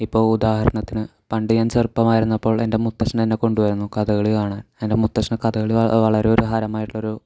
ഇപ്പോൾ ഉദാഹരണത്തിന് പണ്ട് ഞാൻ ചെറുപ്പമായിരുന്നപ്പോൾ എൻ്റെ മുത്തശ്ശൻ എന്നെ കൊണ്ടുപോവുമായിരുന്നു കഥകളി കാണാൻ എൻ്റെ മുത്തശ്ശന് കഥകളി വളരെ ഒരു ഹരമായിട്ടുള്ള ഒരു